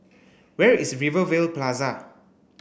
where is Rivervale Plaza